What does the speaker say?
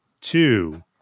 two